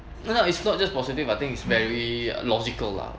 you know it's not just positive I think is very logical lah